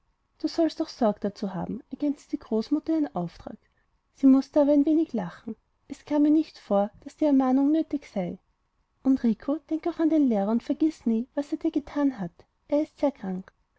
du sollst auch sorg dazu haben ergänzte die großmutter ihren auftrag sie mußte aber ein wenig lachen es kam ihr nicht vor daß die ermahnung nötig sei und rico denk auch an den lehrer und vergiß nie was er an dir getan hat er ist sehr krank